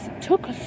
took